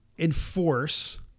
Enforce